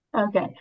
Okay